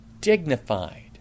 dignified